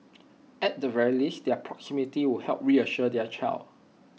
at the very least their proximity would help reassure their child